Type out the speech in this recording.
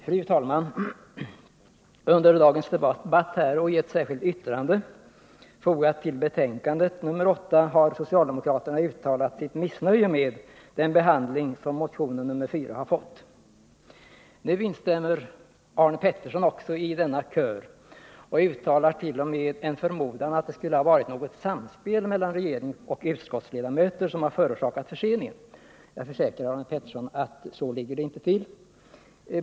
Fru talman! Under dagens debatt och i ett särskilt yttrande fogat till betänkandet nr 10 har socialdemokraterna uttalat sitt missnöje med den behandling som motionen nr 4 har fått. Nu instämmer Arne Pettersson också i denna kör, och han uttalar t.o.m. en förmodan att det skulle ha varit något samspel mellan regering och utskottsledamöter som har förorsakat förseningen. Jag försäkrar Arne Pettersson, att så ligger det inte till.